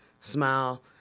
smile